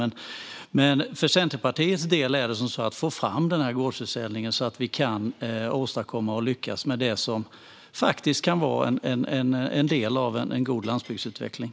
Centerpartiet vill införa gårdsförsäljning eftersom den kan vara en del i en god landsbygdsutveckling.